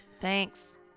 Thanks